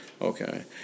Okay